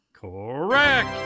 Correct